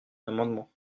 amendement